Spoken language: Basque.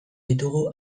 ditugu